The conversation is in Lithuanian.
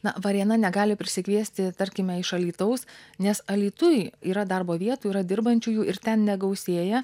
na varėna negali prisikviesti tarkime iš alytaus nes alytuj yra darbo vietų yra dirbančiųjų ir ten negausėja